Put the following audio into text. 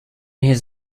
his